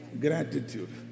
Gratitude